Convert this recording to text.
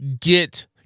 get